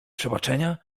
przebaczenia